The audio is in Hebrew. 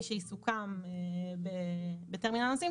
מי שיסוכם בטרמינל הנוסעים,